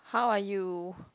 how are you